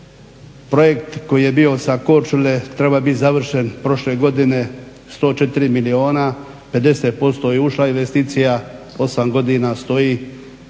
projekt koji je bi sa Korčule trebao bit završen prošle godine, 104 milijuna, 50% je ušla investicija, 8 godina stoji,